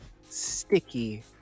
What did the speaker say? sticky